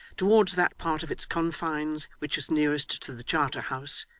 towards that part of its confines which is nearest to the charter house,